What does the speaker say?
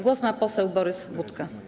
Głos ma poseł Borys Budka.